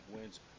wins